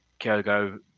Kyogo